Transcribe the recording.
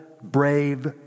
brave